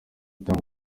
gutanga